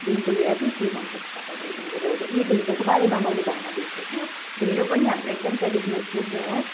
देखिको लिएर के के मनपर्छ तपाईँलाई ढिँडो ए ढिँडोको बारेमा भन्न बिर्सेछुँ ढिँडो पनि हाम्रो एकदम ट्रेडिसनल फुड नै हो